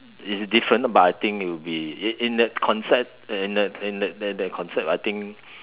it's different but I think it will be in in that concept in that in that that that concept I think